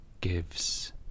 gives